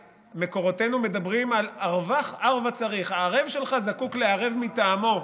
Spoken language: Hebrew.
מקורותינו מדברים על "ערבך ערבא צריך" הערב שלך זקוק לערב מטעמו.